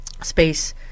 space